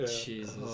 Jesus